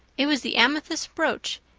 it was the amethyst brooch,